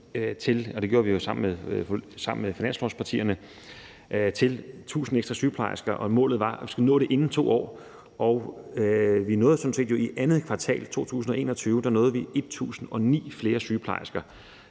og det gjorde vi jo sammen med finanslovspartierne, til 1.000 ekstra sygeplejersker. Målet var, at vi skulle nå det inden 2 år, og vi nåede jo sådan set i 2. kvartal 2021 1.009 flere sygeplejersker.